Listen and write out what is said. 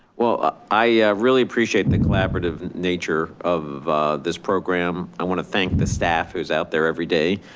well, i really appreciate the collaborative nature of this program. i want to thank the staff who's out there every day,